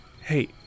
Hey